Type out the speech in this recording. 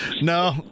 No